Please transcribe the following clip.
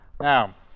Now